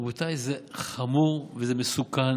רבותיי, זה חמור וזה מסוכן